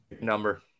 number